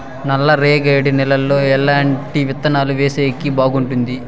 నల్లరేగడి నేలలో ఎట్లాంటి విత్తనాలు వేసేకి బాగుంటుంది?